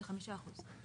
5 אחוזים.